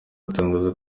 atangaza